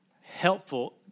helpful